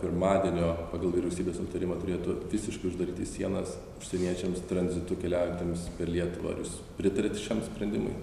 pirmadienio pagal vyriausybės nutarimą turėtų visiškai uždaryti sienas užsieniečiams tranzitu keliaujantiems per lietuvą ar jūs pritariat šiam sprendimui